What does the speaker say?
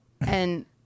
and-